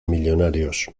millonarios